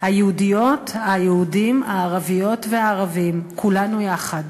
היהודיות, היהודים, הערביות והערבים, כולם יחד.